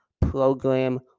program